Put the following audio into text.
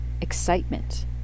excitement